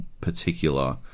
particular